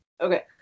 Okay